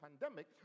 pandemic